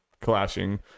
clashing